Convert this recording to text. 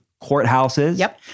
courthouses